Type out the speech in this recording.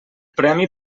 premi